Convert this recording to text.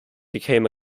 became